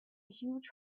huge